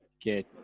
get